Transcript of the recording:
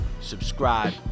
Subscribe